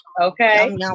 okay